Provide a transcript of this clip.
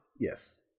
Yes